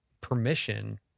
permission